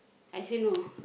I say no